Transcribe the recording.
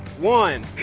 one.